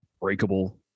breakable